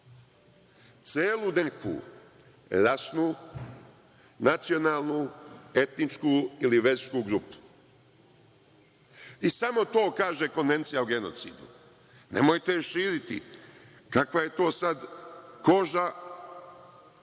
celu rasnu, nacionalnu, etničku ili versku grupu. I samo to kaže Konvencija o genocidu. Nemojte je širiti. Kakva je to sada koža?